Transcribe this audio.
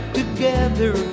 together